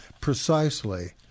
precisely